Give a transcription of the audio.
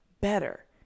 better